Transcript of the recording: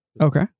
okay